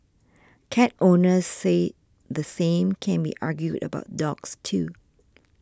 cat owners say the same can be argued about dogs too